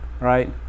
right